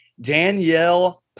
Danielle